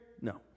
No